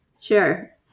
sure